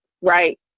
right